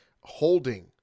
holding